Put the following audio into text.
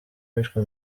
bishwe